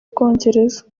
bwongereza